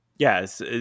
Yes